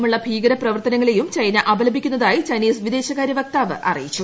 എല്ലാ രീതിയിലുമുള്ള ഭീകര പ്രവർത്തനങ്ങളെയും ചൈന അപലപിക്കുന്നതായി ചൈനീസ് വിദേശകാരൃ വക്താവ് അറിയിച്ചു